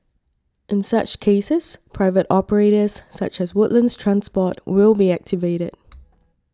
in such cases private operators such as Woodlands Transport will be activated